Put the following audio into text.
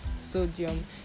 sodium